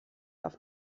auf